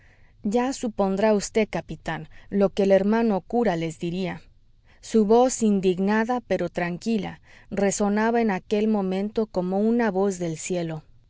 ya supondrá vd capitán lo que el hermano cura les diría su voz indignada pero tranquila resonaba en aquel momento como una voz del cielo